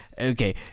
Okay